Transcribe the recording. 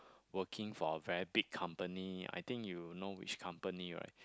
working for a very big company I think you know which company right